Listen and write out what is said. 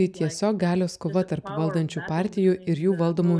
tai tiesiog galios kova tarp valdančiųjų partijų ir jų valdomų